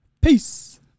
Peace